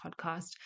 podcast